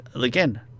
Again